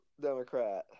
Democrat